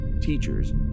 teachers